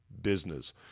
business